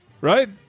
right